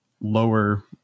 lower